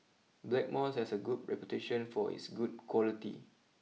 Blackmores has a good reputation for its good quality